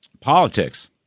politics